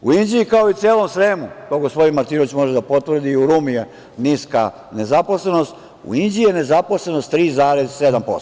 U Inđiji, kao i u celom Sremu, to gospodin Martinović može da potvrdi i u Rumi je niska nezaposlenost, u Inđiji je nezaposlenost 3,7%